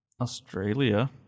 Australia